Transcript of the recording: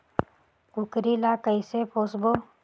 कूकरी ला कइसे पोसबो?